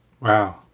Wow